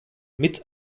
mit